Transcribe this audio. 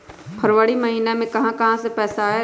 फरवरी महिना मे कहा कहा से पैसा आएल?